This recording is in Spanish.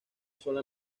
zona